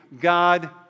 God